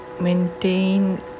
maintain